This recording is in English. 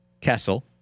Kessel